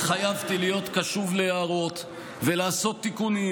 התחייבתי להיות קשוב להערות ולעשות תיקונים,